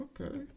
Okay